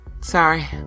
Sorry